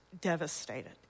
devastated